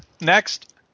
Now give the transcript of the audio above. next